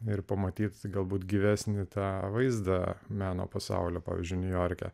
ir pamatyti galbūt gyvesnį tą vaizdą meno pasaulio pavyzdžiui niujorke